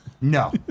No